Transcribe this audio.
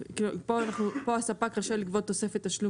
אנחנו יצאנו רק ל -- בוא אני אגיד לך: יש הליך של שקיפות.